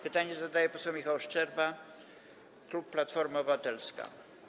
Pytanie zadaje poseł Michał Szczerba, klub Platforma Obywatelska.